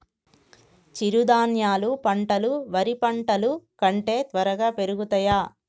చిరుధాన్యాలు పంటలు వరి పంటలు కంటే త్వరగా పెరుగుతయా?